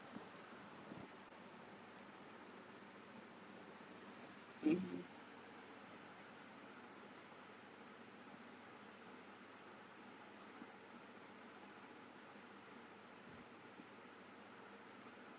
mmhmm